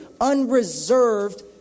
unreserved